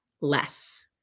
less